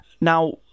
Now